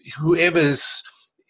whoever's